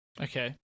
Okay